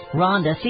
Rhonda